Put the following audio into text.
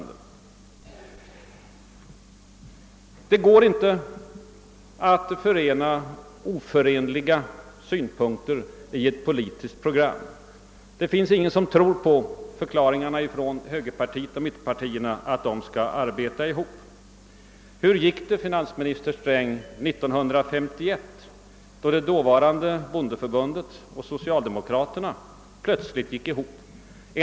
Det går inte att förena oförenliga synpunkter i ett politiskt program; det finns inga som tror på förklaringarna från högerpartiet och mittenpartierna att de skall kunna arbeta tillsammans, påstod finansministern. Men hur var det 1951, herr finansminister, när socialdemokraterna och det dåvarande bondeförbundet plötsligt gick samman?